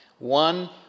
One